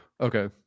Okay